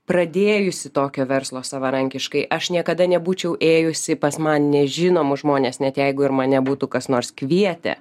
pradėjusi tokio verslo savarankiškai aš niekada nebūčiau ėjusi pas man nežinomus žmones net jeigu ir mane būtų kas nors kvietę